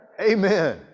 Amen